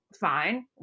fine